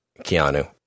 Keanu